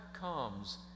comes